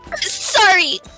Sorry